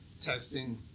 texting